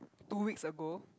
two weeks ago